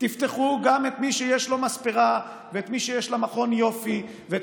תפתחו גם את מי שיש לו מספרה ואת מי שיש לה מכון יופי ואת